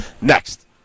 Next